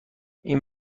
این